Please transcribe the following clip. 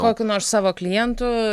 kokių nors savo klientų